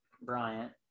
Bryant